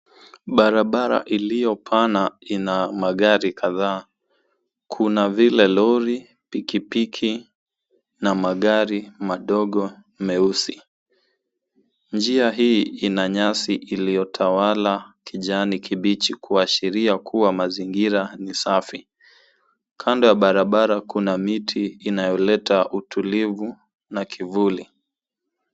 Barabara iliyo pana, ina magari kadhaa. Kuna vile lori, pikipiki na magari madogo meusi. Njia hii ina nyasi iliyotawala kijani kibichi kuashiria kuwa mazingira ni safi. Kando ya barabara kuna miti inayoleta utulivu na kivuli.